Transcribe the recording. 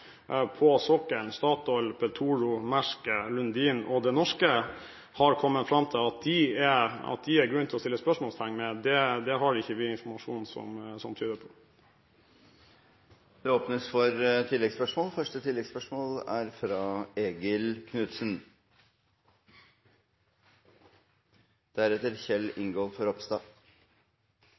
på sokkelen – Statoil, Petoro, Maersk, Lundin og Det norske oljeselskap – har kommet fram til. At det er grunn til å sette spørsmålstegn ved det, har ikke vi informasjon som tyder på. Det åpnes for oppfølgingsspørsmål – først Eigil Knutsen. Det er